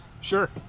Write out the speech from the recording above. sure